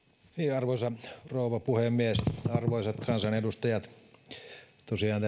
arvoisa rouva puhemies arvoisat kansanedustajat tosiaan